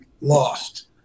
lost